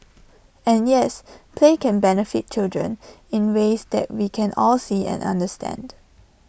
and yes play can benefit children in ways that we can all see and understand